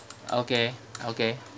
okay okay